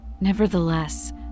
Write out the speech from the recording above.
Nevertheless